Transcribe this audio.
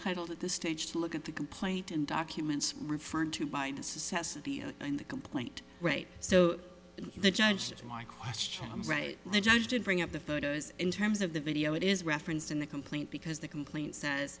titled at this stage to look at the complaint in documents referred to by necessity and the complaint rate so the judge why question right the judge did bring up the photos in terms of the video it is referenced in the complaint because the complaint